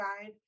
guide